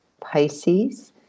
Pisces